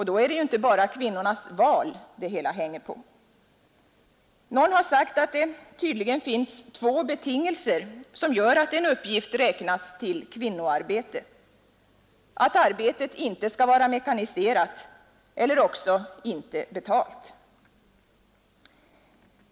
Då är det inte bara kvinnornas ”val” det är fråga om, Någon har sagt att det tydligen finns två betingelser som gör att en uppgift räknas till ”kvinnoarbete”: att arbetet inte skall vara mekaniserat eller också inte betalt.